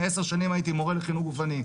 עשר שנים הייתי מורה לחינוך גופני,